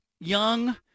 young